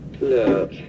Look